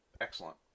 Excellent